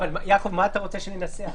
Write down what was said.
אבל מה אתה רוצה שננסח?